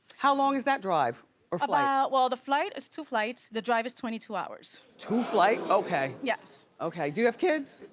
how long is that drive or flight? about, well the flight is two flights. the drive is twenty two hours. two flight, okay. yes. okay, do you have kids?